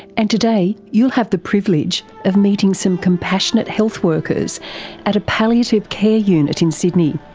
and today you'll have the privilege of meeting some compassionate health workers at a palliative care unit in sydney.